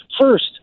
first